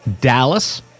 Dallas